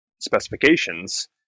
specifications